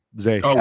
Zay